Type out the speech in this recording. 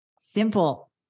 simple